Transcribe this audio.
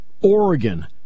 Oregon